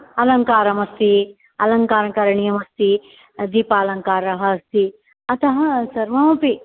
अलङ्कारमस्ति अलङ्कारं करणीयमस्ति दीपालङ्कारः अस्ति अतः सर्वमपि